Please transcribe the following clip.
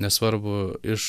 nesvarbu iš